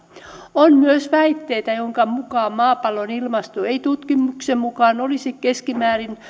on myös väitteitä joidenka mukaan maapallon ilmasto ei tutkimuksen mukaan olisi keskimäärin